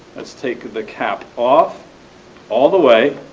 let us take the cap off all the way.